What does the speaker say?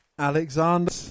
Alexander